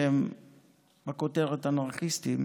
שהם בכותרת "אנרכיסטים"